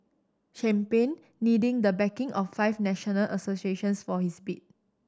champagne needing the backing of five national associations for his bid